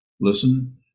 Listen